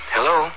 Hello